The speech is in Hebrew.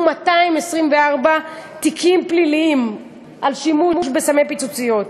224 תיקים פליליים על שימוש בסמי פיצוציות.